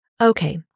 Okay